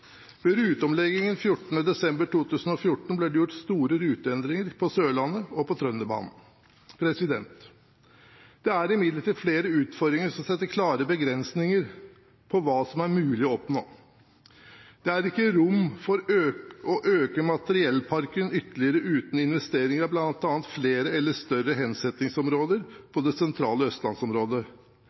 Ved ruteomleggingen 14. desember 2014 ble det gjort store ruteendringer på Sørlandet og på Trønderbanen. Det er imidlertid flere utfordringer som setter klare begrensninger på hva som er mulig å oppnå. Det er ikke rom for å øke materiellparken ytterligere uten investeringer i bl.a. flere eller større hensettingsområder i det sentrale østlandsområdet.